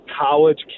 college